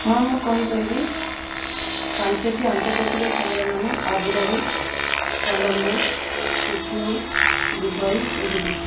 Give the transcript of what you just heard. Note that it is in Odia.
ହଁ ମୁଁ କହିପାରିବି ପାଞ୍ଚଟି ଆନ୍ତର୍ଜାତିକ ସହରର ନାମ Abu Dhabi Colombo Tokyo Dubai ଓ ଦିଲ୍ଲୀ